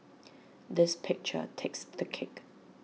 this picture takes the cake